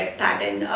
pattern